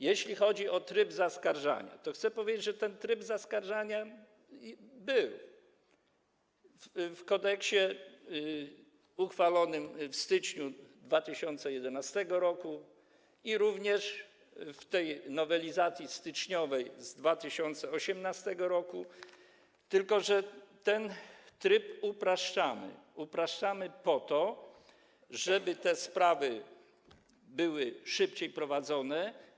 Jeśli chodzi o tryb zaskarżania, to chcę powiedzieć, że ten tryb zaskarżania był w kodeksie uchwalonym w styczniu 2011 r., jak również w tej nowelizacji styczniowej z 2018 r., tylko że ten tryb upraszczamy, a upraszczamy po to, żeby te sprawy były szybciej prowadzone.